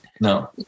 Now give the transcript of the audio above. no